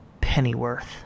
Pennyworth